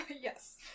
Yes